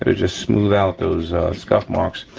but just smooth out those scuff marks,